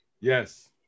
Yes